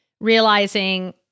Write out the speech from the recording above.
Realizing